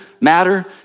matter